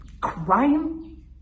crime